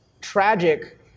tragic